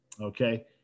Okay